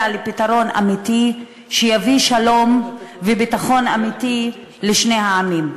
לפתרון אמיתי שיביא שלום וביטחון אמיתי לשני העמים.